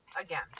Again